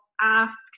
ask